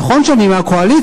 נכון שאני מהקואליציה,